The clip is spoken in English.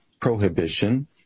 prohibition